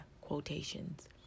quotations